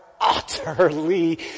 utterly